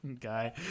Guy